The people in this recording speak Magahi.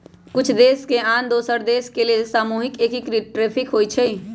कुछ देश के आन दोसर देश के लेल सामूहिक एकीकृत टैरिफ होइ छइ